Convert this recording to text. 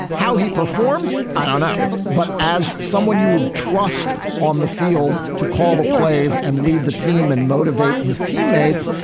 how he performs. i don't know. but as someone you trust on the field to call the plays and lead the team and motivate his teammates.